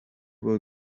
will